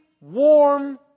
warm